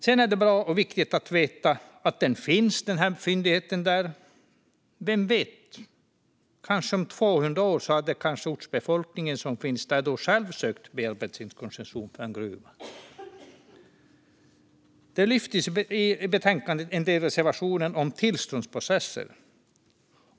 Sedan är det ju bra och viktigt att veta att den här fyndigheten finns där, för vem vet - om 200 år kanske ortsbefolkningen som finns där själv hade sökt bearbetningskoncession för en gruva? I betänkandet lyfts en del reservationer om tillståndsprocesser.